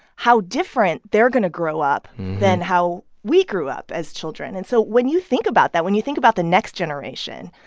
how different they're going to grow up than how we grew up as children. and so when you think about that, when you think about the next generation,